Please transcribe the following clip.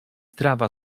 trawa